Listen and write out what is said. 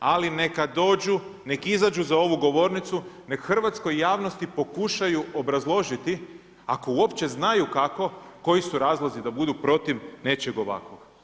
Ali neka dođu, nek izađu za ovu govornicu, neka hrvatskoj javnosti pokušaju obrazložiti ako uopće znaju kako koji su razlozi da budu protiv nečeg ovakvog.